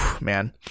man